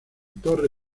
torre